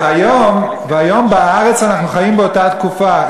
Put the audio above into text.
והיום בארץ אנחנו חיים באותה תקופה.